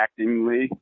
actingly